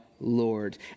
Lord